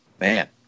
Man